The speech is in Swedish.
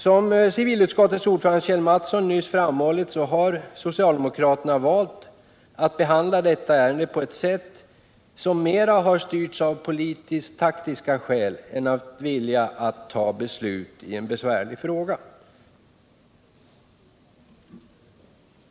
Som civilutskottets ordförande Kjell Mattsson nyss framhållit har socialdemokraterna valt att behandla detta ärende på ett sätt som mera har styrts av politiskt-taktiska skäl än av en vilja att fatta beslut i en besvärlig fråga.